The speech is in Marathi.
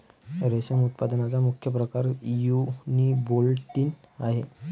रेशम उत्पादनाचा मुख्य प्रकार युनिबोल्टिन आहे